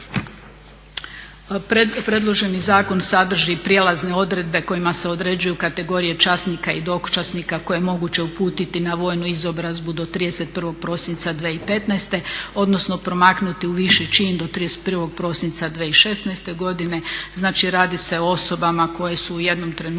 Predloženi zakon sadrži i prijelazne odredbe kojima se određuju kategorije časnika i dočasnika koje je moguće uputiti na vojnu izobrazbu do 31. prosinca 2015. odnosno promaknuti u viši čin do 31. prosinca 2016. godine. Znači radi se o osobama koje su u jednom trenutku